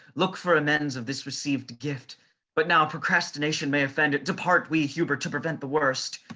look for amends of this received gift but now procrastination may offend. depart we hubert to prevent the worst.